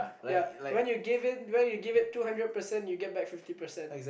ya when you give in when you give it two hundred percent you get back fifty percent